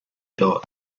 dot